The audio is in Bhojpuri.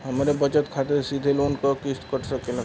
हमरे बचत खाते से सीधे लोन क किस्त कट सकेला का?